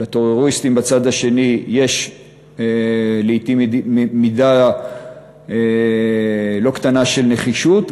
לטרוריסטים בצד השני יש לעתים מידה לא קטנה של נחישות.